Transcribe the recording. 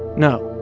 no,